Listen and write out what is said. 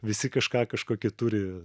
visi kažką kažkokį turi